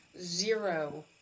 zero